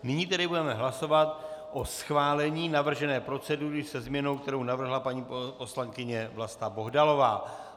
Nyní tedy budeme hlasovat o schválení navržené procedury se změnou, kterou navrhla paní poslankyně Vlasta Bohdalová.